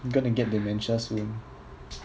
you gonna get dementia soon